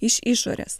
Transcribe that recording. iš išorės